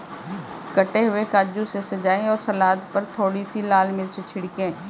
कटे हुए काजू से सजाएं और सलाद पर थोड़ी सी लाल मिर्च छिड़कें